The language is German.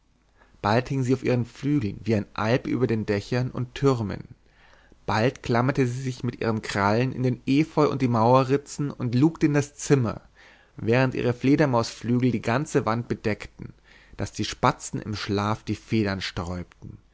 bald hing sie auf ihren flügeln wie ein alp über den dächern und türmen bald klammerte sie sich mit ihren krallen in den efeu und die mauerritzen und lugte in das zimmer während ihre fledermausflügel die ganze wand bedeckten daß die spatzen im schlaf die federn sträubten